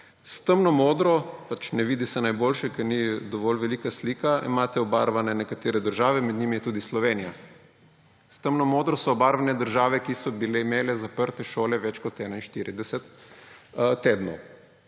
S temno modro, ne vidi se najboljše, ker ni dovolj velika slika, imate obarvane nekatere države, med njimi je tudi Slovenija. S temno modro so obarvane države, ki so bile imele zaprte šole več kot 41 tednov.